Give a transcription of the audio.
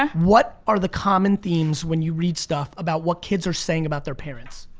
um what are the common themes when you read stuff about what kids are saying about their parents?